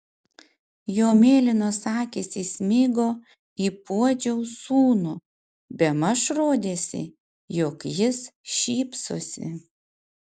jo mėlynos akys įsmigo į puodžiaus sūnų bemaž rodėsi jog jis šypsosi